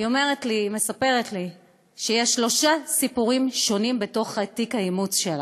היא מספרת לי שיש שלושה סיפורים שונים בתוך תיק האימוץ שלה,